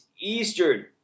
Eastern